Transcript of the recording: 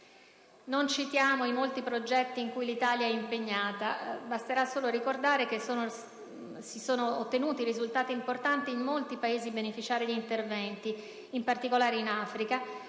Non citiamo i molti progetti in cui l'Italia è impegnata. Basterà solo ricordare che si sono ottenuti risultati importanti in molti Paesi beneficiari di interventi ed in particolare in Africa,